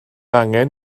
angen